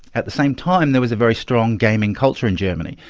at the same time there was a very strong gaming culture in germany,